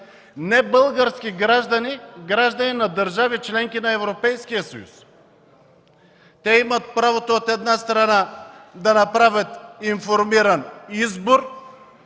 небългарски граждани на държави – членки на Европейския съюз. Те имат правото, от една страна, да направят информиран избор,